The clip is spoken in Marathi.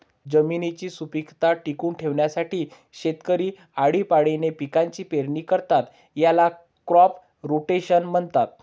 जमिनीची सुपीकता टिकवून ठेवण्यासाठी शेतकरी आळीपाळीने पिकांची पेरणी करतात, याला क्रॉप रोटेशन म्हणतात